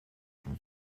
from